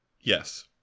Yes